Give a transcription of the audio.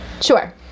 Sure